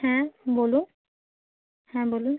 হ্যাঁ বলুন হ্যাঁ বলুন